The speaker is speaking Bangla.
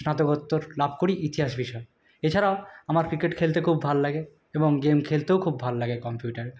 স্নাতকোত্তর লাভ করি ইতিহাস বিষয়ে এছাড়াও আমার ক্রিকেট খেলতে খুব ভাল লাগে এবং গেম খেলতেও খুব ভাল লাগে কম্পিউটারে